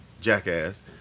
jackass